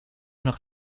nog